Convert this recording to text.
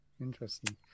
interesting